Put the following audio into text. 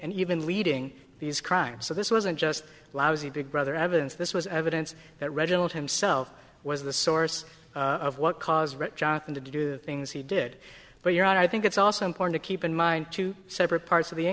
and even leading these crimes so this wasn't just lousy big brother evidence this was evidence that reginald himself was the source of what caused jonathan to do things he did but you're right i think it's also important to keep in mind two separate parts of the